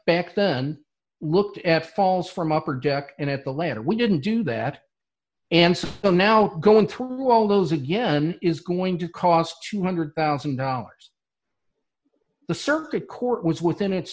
back then looked at falls from upper deck and at the latter we didn't do that and so i'm now going through all those again is going to cost two hundred one thousand dollars the circuit court was within its